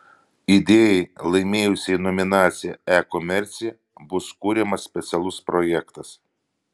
idėjai laimėjusiai nominaciją e komercija bus kuriamas specialus projektas